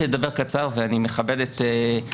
לדבר קצר ואני מכבד את העובדה שאני מדבר.